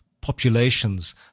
populations